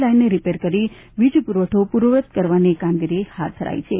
લાઈનને રીપેર કરીને વીજપુરવઠો પૂર્વવત કરવાની કામગીરી હાથ ધરાઈ છે